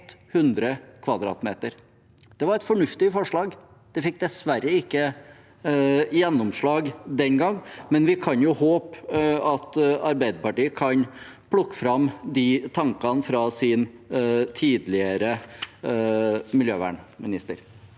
Det var et fornuftig forslag. Det fikk dessverre ikke gjennomslag den gang, men vi kan jo håpe at Arbeiderpartiet kan plukke fram de tankene fra sin tidligere miljøvernminister.